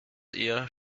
eher